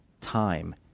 time